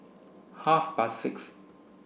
half past six